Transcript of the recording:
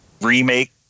remake